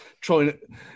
trying